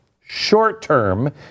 Short-term